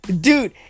dude